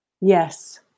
Yes